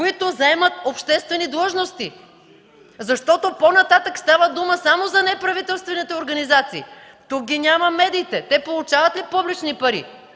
които заемат обществени длъжности. По-нататък става дума само за неправителствените организации. Тук ги няма медиите. Те получават ли публични пари?